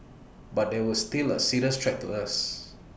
but they were still A serious threat to us